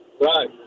right